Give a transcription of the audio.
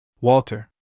Walter